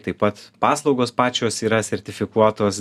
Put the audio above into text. taip pat paslaugos pačios yra sertifikuotos